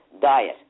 diet